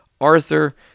arthur